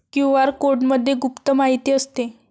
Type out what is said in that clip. QR कोडमध्ये गुप्त माहिती असते